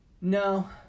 No